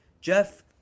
Jeff